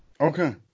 Okay